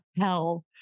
hell